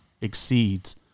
exceeds